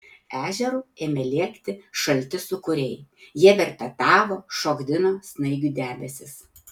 ežeru ėmė lėkti šalti sūkuriai jie verpetavo šokdino snaigių debesis